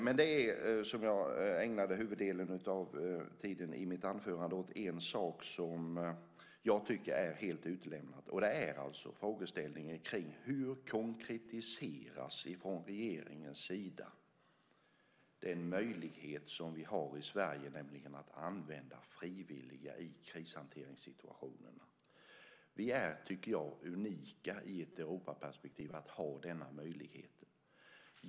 Men det som jag ägnade huvuddelen av mitt anförande åt är en sak som jag tycker är helt utelämnad, och det är frågeställningen: Hur konkretiseras från regeringens sida den möjlighet som vi har i Sverige, nämligen att använda frivilliga i krishanteringssituationerna? Vi är, tycker jag, unika i ett Europaperspektiv i att ha den möjligheten.